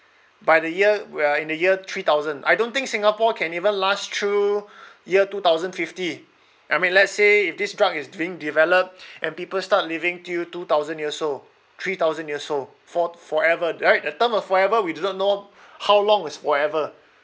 by the year we are in the year three thousand I don't think singapore can even last through year two thousand fifty I mean let's say if this drug is being developed and people start living till two thousand years old three thousand years old for forever right the term of forever we do not know how long is forever